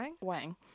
Wang